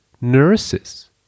nurses